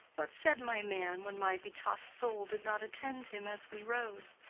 what said my man when my betossed soul did not attend him as we rode?